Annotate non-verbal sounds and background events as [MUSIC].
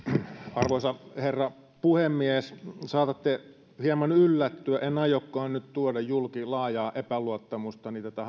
arvoisa herra puhemies saatatte hieman yllättyä sillä en aiokaan nyt tuoda julki laajaa epäluottamustani tätä [UNINTELLIGIBLE]